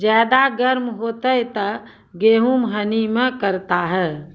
ज्यादा गर्म होते ता गेहूँ हनी भी करता है?